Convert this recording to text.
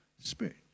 Spirit